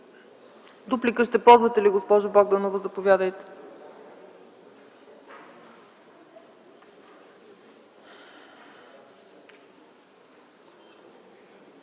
Дуплика ще ползвате ли, госпожо Богданова? Заповядайте.